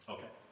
Okay